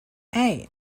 hey